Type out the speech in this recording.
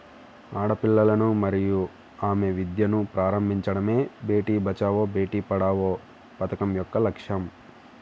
ఆడపిల్లలను మరియు ఆమె విద్యను ప్రారంభించడమే బేటీ బచావో బేటి పడావో పథకం యొక్క లక్ష్యం